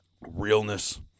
realness